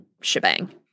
shebang